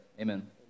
Amen